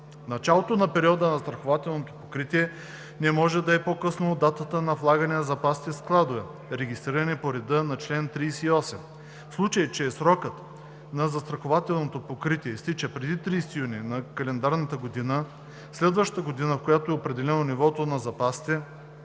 Началото на периода на застрахователно покритие не може да е по късно от датата на влагане на запасите в складове, регистрирани по реда на чл. 38. В случай че срокът на застрахователното покритие изтича преди 30 юни на календарната година, следваща годината, в която е определено нивото на запасите,